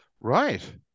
Right